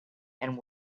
and